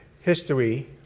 history